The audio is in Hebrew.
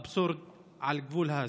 אבסורד על גבול ההזוי.